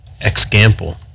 Example